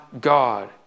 God